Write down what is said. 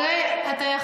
זו האמת.